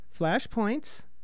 Flashpoints